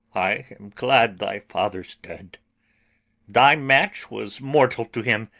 i am glad thy father's dead thy match was mortal to him,